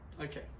Okay